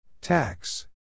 Tax